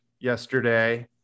yesterday